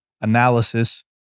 analysis